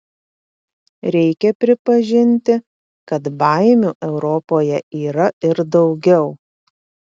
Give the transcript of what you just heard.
reikia pripažinti kad baimių europoje yra ir daugiau